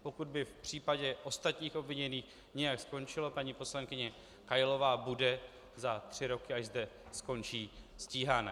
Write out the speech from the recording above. Pokud by v případě ostatních obviněných nějak skončilo, paní poslankyně Kailová bude za tři roky, až zde skončí, stíhána.